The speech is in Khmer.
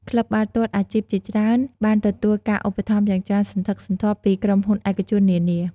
ក្លឹបបាល់ទាត់អាជីពជាច្រើនបានទទួលការឧបត្ថម្ភយ៉ាងច្រើនសន្ធឹកសន្ធាប់ពីក្រុមហ៊ុនឯកជននានា។